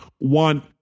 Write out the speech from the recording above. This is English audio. want